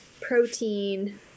protein